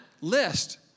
list